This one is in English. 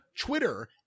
Twitter